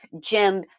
Jim